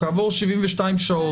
כעבור 72 שעות?